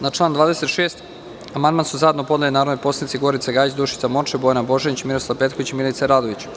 Na član 26. amandman su zajedno podneli narodni poslanici Gorica Gajić, Dušica Morčev, Bojana Božanić, Miroslav Petković i Milica Radović.